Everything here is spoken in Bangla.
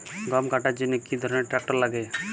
গম কাটার জন্য কি ধরনের ট্রাক্টার লাগে?